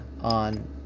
on